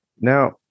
now